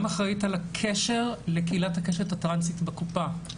גם אחראית על הקשר לקהילת הקשת הטרנסית בקופה.